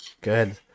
Good